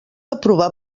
aprovar